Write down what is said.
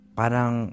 parang